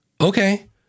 okay